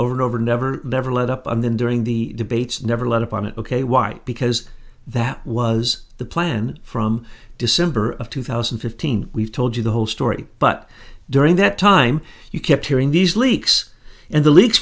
over and over never never let up on them during the debates never let up on it ok why because that was the plan from december of two thousand and fifteen we told you the whole story but during that time you kept hearing these leaks and the lea